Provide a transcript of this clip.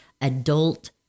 adult